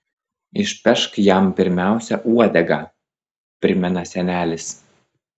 išpešk jam pirmiausia uodegą primena senelis